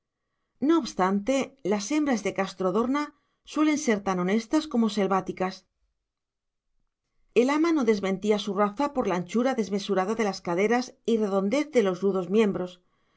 no obstante las hembras de castrodorna suelen ser tan honestas como selváticas el ama no desmentía su raza por la anchura desmesurada de las caderas y redondez de los rudos miembros